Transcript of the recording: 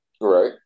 Right